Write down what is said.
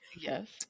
Yes